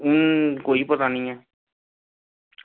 अं कोई पता निं ऐ